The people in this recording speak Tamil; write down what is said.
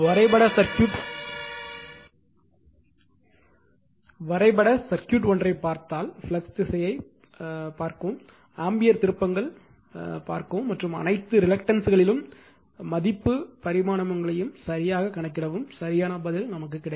வரைபட சர்க்யூட் ஒன்றைப் பார்த்தால் ஃப்ளக்ஸ் திசையைப் பார்க்கவும் ஆம்பியர் திருப்பங்கள் பார்க்கவும் மற்றும் அனைத்து ரிலக்டன்ஸ்ங்களின் மதிப்பு பரிமாணங்களையும் சரியாகக் கணக்கிடவும் சரியான பதில் கிடைக்கும்